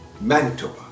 Manitoba